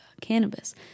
cannabis